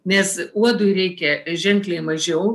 nes uodui reikia ženkliai mažiau